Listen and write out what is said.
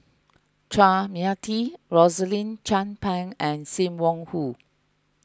Chua Mia Tee Rosaline Chan Pang and Sim Wong Hoo